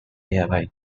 nearby